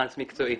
טרנס מקצועי.